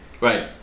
Right